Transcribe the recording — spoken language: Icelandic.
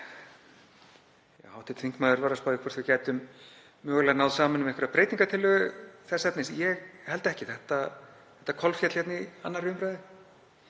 Hv. þingmaður var að spá í hvort við gætum mögulega náð saman um einhverja breytingartillögu þess efnis. Ég held ekki. Þetta kolféll hér í 2. umr.